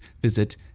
visit